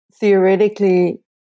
theoretically